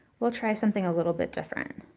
we'll try something a little bit different.